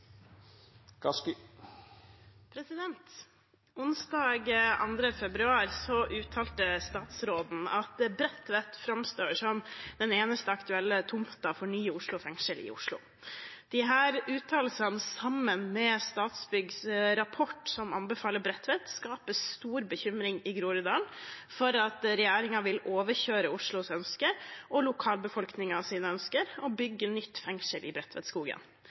februar uttalte statsråden at Bredtvet framstår som den eneste aktuelle tomten for nye Oslo fengsel. Disse uttalelsene, sammen med Statsbyggs rapport som anbefaler Bredtvet, skaper stor bekymring i Groruddalen for at regjeringen vil overkjøre Oslos ønsker og lokalbefolkningen og bygge nytt fengsel i